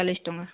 ଚାଲିଶ୍ ଟଙ୍କା